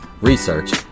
research